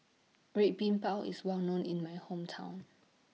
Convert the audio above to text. Red Bean Bao IS Well known in My Hometown